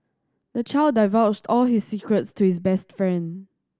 the child divulged all his secrets to his best friend